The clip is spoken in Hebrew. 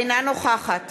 אינה נוכחת